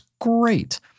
great